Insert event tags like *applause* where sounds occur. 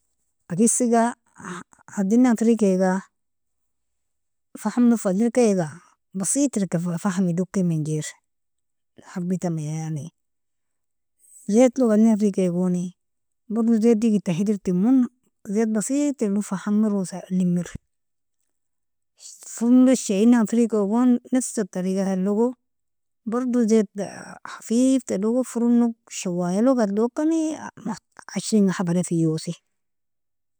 Agisaga *hesitation* adlina firgikega fahamlog adlikega basit terika fa faham idoker manjer kharbitmia, yani zetlog adlina firgikegoni bardo zet degid hedertemo zet basit trilog fa hamerosa lemer, fornil shieen firgikegoni nafs altarigalogo bardo zeta khafif trilog fornog shwaialog adlokani *hesitation* ashring hafada fiosi.